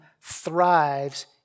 thrives